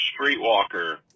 streetwalker